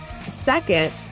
Second